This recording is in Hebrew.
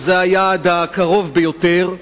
שזה היעד הקרוב ביותר: